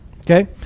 okay